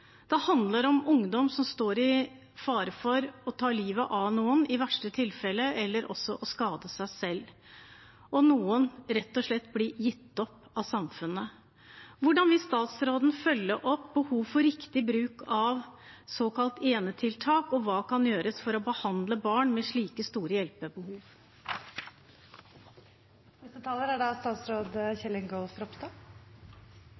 Det handler om ungdom som står i fare for å ta livet av noen, i verste tilfelle, eller å skade seg selv. Og noen blir rett og slett gitt opp av samfunnet. Hvordan vil statsråden følge opp behovet for riktig bruk av såkalt enetiltak, og hva kan gjøres for å behandle barn med slike store hjelpebehov? Jeg er